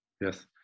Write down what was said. yes